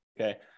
okay